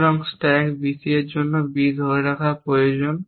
সুতরাং stack BC এর জন্য B ধরে রাখা প্রয়োজন